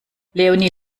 leonie